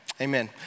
amen